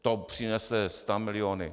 To přinese stamiliony.